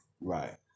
Right